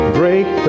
break